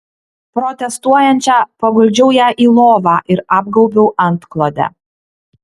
protestuojančią paguldžiau ją į lovą ir apgaubiau antklode